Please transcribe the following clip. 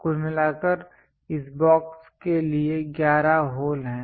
कुल मिलाकर इस बॉक्स के लिए 11 होल हैं